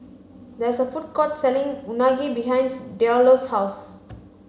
there is a food court selling Unagi behind Diallo's house